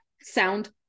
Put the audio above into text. Sound